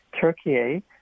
Turkey